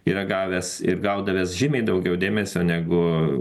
yra gavęs ir gaudavęs žymiai daugiau dėmesio negu